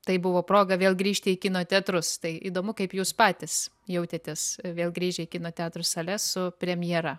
tai buvo proga vėl grįžti į kino teatrus tai įdomu kaip jūs patys jautėtės vėl grįžę į kino teatrų sales su premjera